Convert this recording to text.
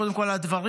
קודם כול על הדברים,